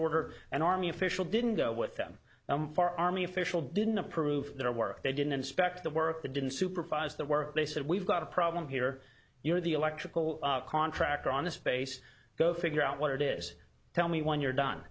order and army official didn't go with them for army official didn't approve their work they didn't inspect the work they didn't supervise the work they said we've got a problem here you're the electrical contractor on the space go figure out what it is tell me when you're done